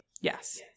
Yes